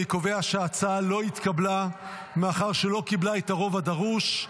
אני קובע שההצעה לא התקבלה מאחר שלא קיבלה את הרוב הדרוש.